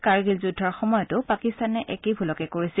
কাৰ্গিল যুদ্ধৰ সময়তো পাকিস্তানে একেটা ভূলকে কৰিছিল